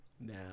now